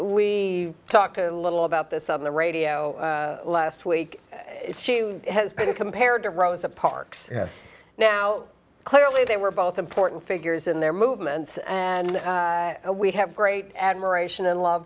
we talked a little about this on the radio last week she has been compared to rosa parks now clearly they were both important figures in their movements and we have great admiration and love